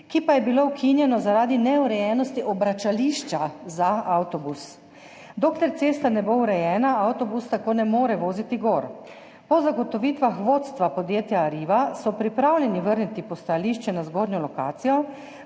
to pa je bilo ukinjeno zaradi neurejenosti obračališča za avtobus. Dokler cesta ne bo urejena, avtobus tako ne more voziti gor. Po zagotovitvah vodstva podjetja Arriva so pripravljeni vrniti postajališče na zgornjo lokacijo,